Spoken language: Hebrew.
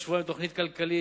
בתוך שבועיים תוכנית כלכלית,